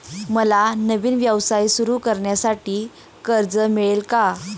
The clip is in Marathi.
मला नवीन व्यवसाय सुरू करण्यासाठी कर्ज मिळेल का?